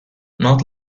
not